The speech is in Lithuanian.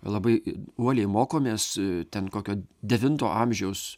labai uoliai mokomės ten kokio devinto amžiaus